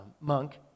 monk